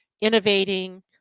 innovating